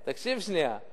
תקשיב שנייה.